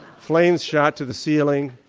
flames shot to the ceiling,